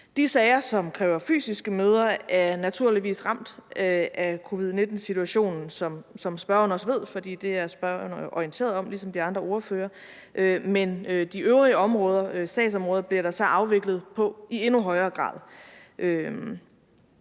De sager, som kræver fysiske møder, er naturligvis ramt af covid-19-situationen, som spørgeren også ved, for det er spørgeren orienteret om, ligesom de andre ordførere er. Men de øvrige sagsområder bliver der så afviklet på i endnu højere grad.